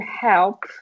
help